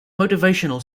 motivational